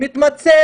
מתמצא